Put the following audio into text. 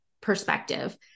perspective